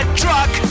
truck